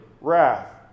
wrath